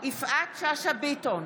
יפעת שאשא ביטון,